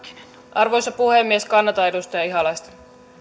arvoisa puhemies kannatan edustaja ihalaista